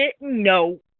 no